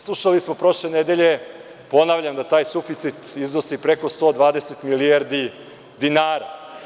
Slušali smo prošle nedelje, ponavljam da taj suficit iznosi preko 120 milijardi dinara.